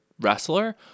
wrestler